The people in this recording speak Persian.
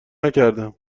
نکردم